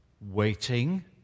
Waiting